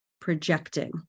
projecting